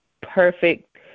perfect